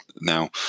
Now